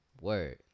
word